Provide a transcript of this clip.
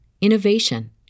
innovation